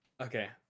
okay